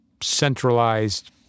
centralized